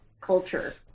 culture